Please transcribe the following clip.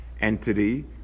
entity